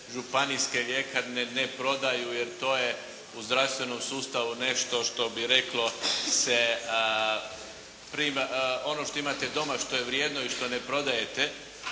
županijske ljekarne ne prodaju, jer to je u zdravstvenom sustavu nešto što bi reklo se ono što imate doma i što je vrijedno i što ne prodajete